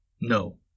No